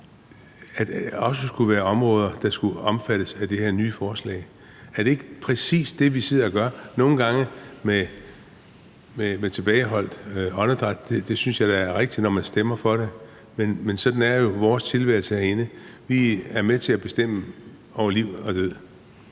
det også skulle være områder, der skulle omfattes af det her nye forslag? Er det ikke præcis det, vi sidder og gør, nogle gange med tilbageholdt åndedræt? Det synes jeg da er rigtigt, når man stemmer om noget, men sådan er vores tilværelse herinde jo. Vi er med til at bestemme over liv og død.